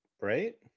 right